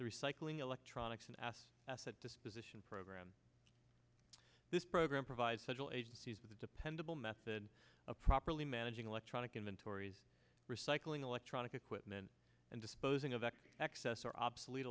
the recycling electronics and ass asset disposition program this program provides federal agencies with a dependable method of properly managing electronic inventories recycling electronic equipment and disposing of any excess or obsolete